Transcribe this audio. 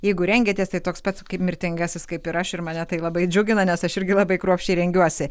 jeigu rengiatės tai toks pats kaip mirtingasis kaip ir aš ir mane tai labai džiugina nes aš irgi labai kruopščiai rengiuosi